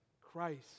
Christ